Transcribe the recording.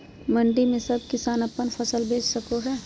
मंडी में सब किसान अपन फसल बेच सको है?